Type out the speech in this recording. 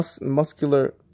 muscular